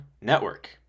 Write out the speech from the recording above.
network